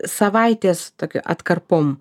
savaitės tokiu atkarpom